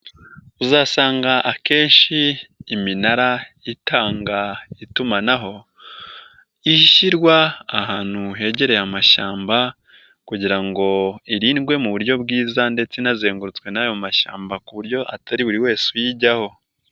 Uzasanga akenshi iminara itanga itumanaho, ishyirwa ahantu hegereye amashyamba kugira ngo irindwe mu buryo bwiza ndetse inazengurutswe n'ayo mashyamba ku buryo atari buri wese uyijyaho.